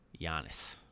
Giannis